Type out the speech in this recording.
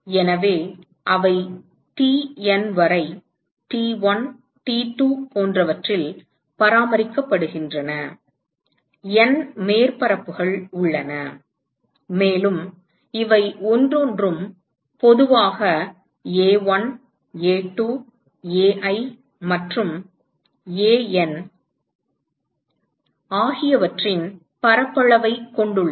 எனவே அவை TN வரை T1 T2 போன்றவற்றில் பராமரிக்கப்படுகின்றன N மேற்பரப்புகள் உள்ளன மேலும் இவை ஒவ்வொன்றும் பொதுவாக A1 A2 Ai மற்றும் AN ஆகியவற்றின் பரப்பளவைக் கொண்டுள்ளன